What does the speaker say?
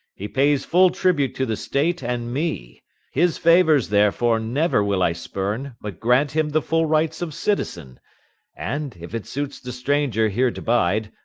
he pays full tribute to the state and me his favors therefore never will i spurn, but grant him the full rights of citizen and, if it suits the stranger here to bide,